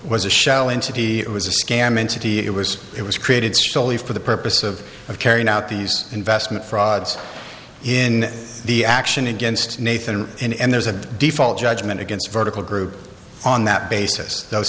was a shell in city it was a scam entity it was it was created sholay for the purpose of of carrying out these investment frauds in the action against nathan and there's a default judgment against vertical group on that basis those